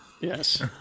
yes